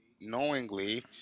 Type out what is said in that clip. knowingly